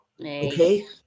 Okay